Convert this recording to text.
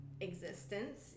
existence